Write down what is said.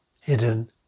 hidden